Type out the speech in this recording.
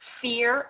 fear